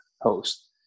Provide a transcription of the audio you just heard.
host